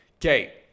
Okay